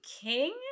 king